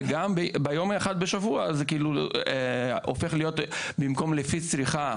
וביום האחד בשבוע זה הופך להיות במקום לפי צריכה